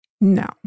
No